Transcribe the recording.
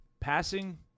Passing